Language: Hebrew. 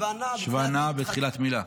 שווע נע בתחילת מילה.